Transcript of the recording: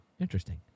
interesting